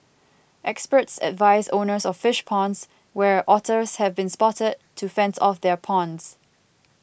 experts advise owners of fish ponds where otters have been spotted to fence off their ponds